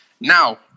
Now